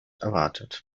erwartet